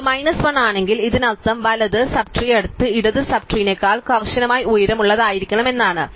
അതിനാൽ ഇത് മൈനസ് 1 ആണെങ്കിൽ ഇതിനർത്ഥം വലത് സബ് ട്രീ അടുത്ത ഇടത് സബ് ട്രീനെക്കാൾ കർശനമായി ഉയരമുള്ളതായിരിക്കണം എന്നാണ്